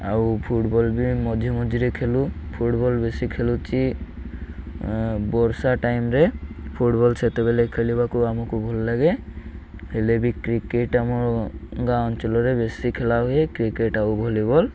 ଆଉ ଫୁଟବଲ୍ ବି ମଝି ମଝିରେ ଖେଳୁ ଫୁଟବଲ୍ ବେଶି ଖେଳୁଛି ବର୍ଷା ଟାଇମ୍ରେ ଫୁଟବଲ୍ ସେତେବେଳେ ଖେଳିବାକୁ ଆମକୁ ଭଲ ଲାଗେ ହେଲେ ବି କ୍ରିକେଟ୍ ଆମ ଗାଁ ଅଞ୍ଚଲରେ ବେଶୀ ଖେଳା ହୁଏ କ୍ରିକେଟ୍ ଆଉ ଭଲି ବଲ୍